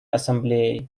ассамблеей